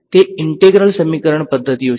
તે ઈંટ્રેગ્રલ સમીકરણ પદ્ધતિઓ છે